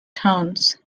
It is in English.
tones